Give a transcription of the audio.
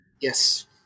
Yes